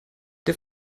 der